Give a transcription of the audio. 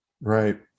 right